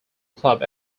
club